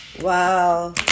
Wow